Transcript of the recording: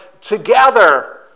together